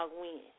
win